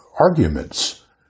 arguments